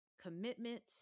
commitment